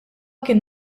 kien